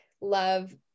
love